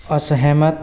असहमत